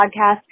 podcast